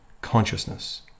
consciousness